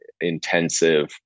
intensive